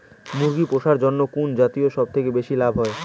মুরগি পুষার জন্য কুন জাতীয় সবথেকে বেশি লাভ হয়?